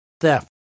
theft